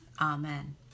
Amen